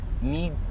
need